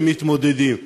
שמתמודדים.